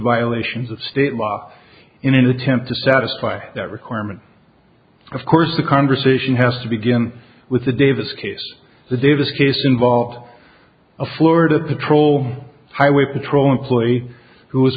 violations of state law in an attempt to satisfy that requirement of course the conversation has to begin with the davis case the davis case involved a florida patrol highway patrol employee who was